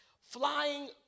flying